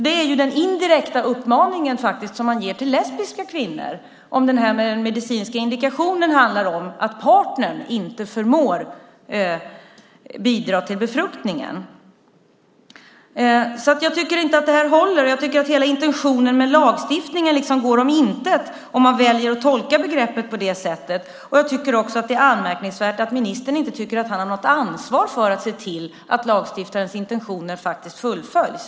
Det är ju den indirekta uppmaning som man faktiskt ger till lesbiska kvinnor, om den medicinska indikationen handlar om att partnern inte förmår bidra till befruktningen. Jag tycker inte att det här håller. Jag tycker att hela intentionen med lagstiftningen liksom går om intet om man väljer att tolka begreppet på det sättet. Jag tycker också att det är anmärkningsvärt att ministern inte tycker att han har något ansvar för att se till att lagstiftarens intentioner faktiskt fullföljs.